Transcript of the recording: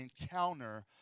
encounter